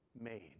made